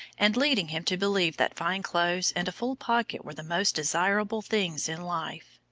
and leading him to believe that fine clothes and a full pocket were the most desirable things in life.